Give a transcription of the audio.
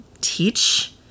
teach